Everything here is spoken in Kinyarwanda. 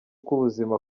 k’ubuzima